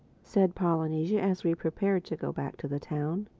said polynesia as we prepared to go back to the town,